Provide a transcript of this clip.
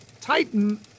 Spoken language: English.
Titan